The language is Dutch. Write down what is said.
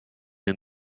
een